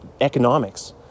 economics